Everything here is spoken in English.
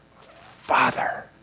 Father